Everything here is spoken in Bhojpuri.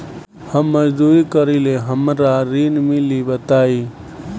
हम मजदूरी करीले हमरा ऋण मिली बताई?